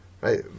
right